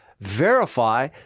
verify